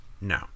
No